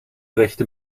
rechte